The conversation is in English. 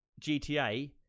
GTA